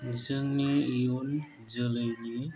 जोंनि इयुन जोलैनि